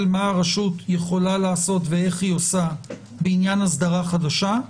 מה הרשות יכולה לעשות ואיך היא עושה בעניין אסדרה חדשה,